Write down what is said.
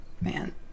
man